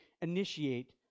initiate